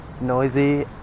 noisy